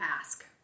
ask